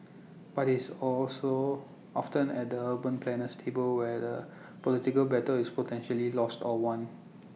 but it's also often at the urban planner's table where the political battle is potentially lost or won